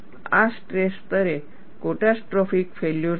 આ સ્ટ્રેસ સ્તરે catastrophic failure થાય છે